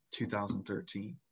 2013